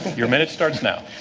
your minute starts now.